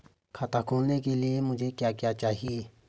खाता खोलने के लिए मुझे क्या क्या चाहिए?